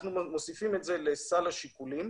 אנחנו מוסיפים את זה לסל השיקולים,